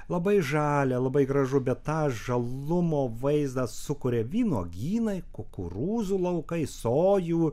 labai žalia labai gražu bet ką žalumo vaizdą sukuria vynuogynai kukurūzų laukai sojų